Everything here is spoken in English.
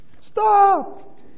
Stop